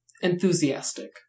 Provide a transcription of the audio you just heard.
enthusiastic